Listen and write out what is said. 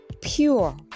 pure